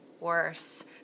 worse